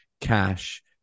cash